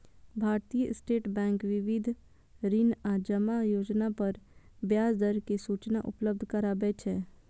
भारतीय state bank विविध ऋण आ जमा योजना पर ब्याज दर के सूचना उपलब्ध कराबै छै